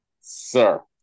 sir